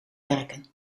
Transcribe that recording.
werken